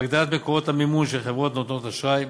הגדלת מקורות המימון של חברות נותנות אשראי,